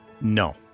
No